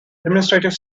administrative